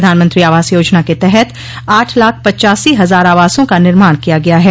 प्रधानमत्री आवास योजना के तहत आठ लाख पच्चासी हजार आवासों का निर्माण किया गया है